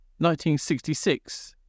1966